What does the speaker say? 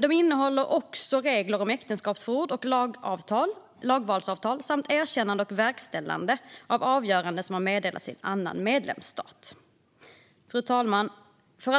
De innehåller också regler om äktenskapsförord och lagvalsavtal samt om erkännande och verkställighet av avgöranden som har meddelats i en annan medlemsstat. Fru talman! För